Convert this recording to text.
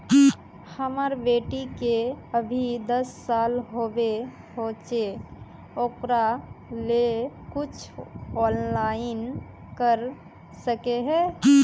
हमर बेटी के अभी दस साल होबे होचे ओकरा ले कुछ ऑनलाइन कर सके है?